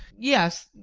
yes,